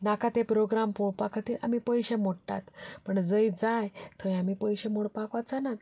नाका ते प्रोग्राम पळोवपा खातीर आमी पयशे मोडटात पूण जंय जाय थंय आमी पयशे मोडपाक वचनात